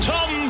Tom